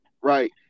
right